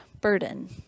burden